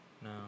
No